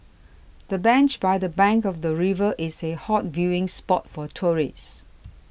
the bench by the bank of the river is a hot viewing spot for tourists